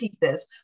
pieces